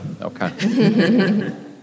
okay